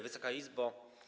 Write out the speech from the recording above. Wysoka Izbo!